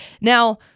Now